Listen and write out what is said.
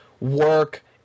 work